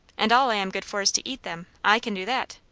and all i am good for is to eat them! i can do that.